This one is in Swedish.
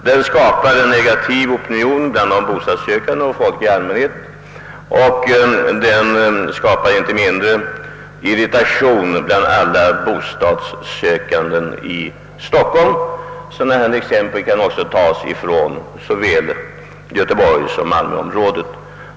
Den skapar en negativ inställning bland bo stadssökande och människor i allmänhet, och den förorsakar irritation inte minst bland alla bostadssökande i Stockholm. Men sådana här exempel kan också tas från både göteborgsoch malmöområdet.